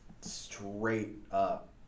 straight-up